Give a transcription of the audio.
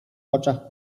oczach